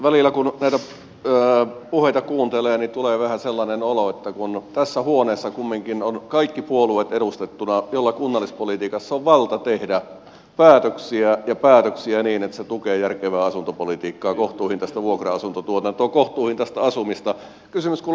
välillä kun näitä puheita kuuntelee tulee vähän sellainen olo että kun tässä huoneessa kumminkin ovat kaikki puolueet edustettuina joilla kunnallispolitiikassa on valta tehdä päätöksiä ja päätöksiä niin että se tukee järkevää asuntopolitiikkaa kohtuuhintaista vuokra asuntotuotantoa kohtuuhintaista asumista niin kysymys kuuluu